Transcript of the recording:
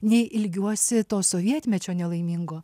nei ilgiuosi to sovietmečio nelaimingo